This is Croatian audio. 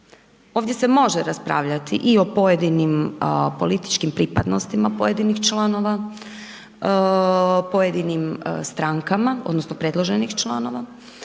ovdje se može raspravljati i o pojedinim političkim pripadnostima pojedinih članova, pojedinim strankama odnosno predloženih članova,